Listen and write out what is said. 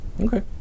Okay